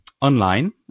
online